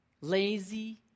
lazy